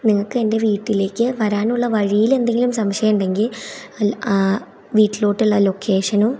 നിങ്ങൾക്കെൻ്റെ വീട്ടിലേക്ക് വരാനുള്ള വഴിയിലെന്തെങ്കിലും സംശയമുണ്ടെങ്കിൽ വീട്ടിലോട്ടുള്ള ലൊക്കേഷനും